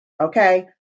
Okay